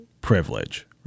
privilege